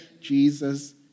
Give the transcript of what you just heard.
Jesus